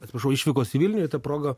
atsiprašau išvykos vilnių ir ta proga